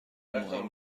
مهم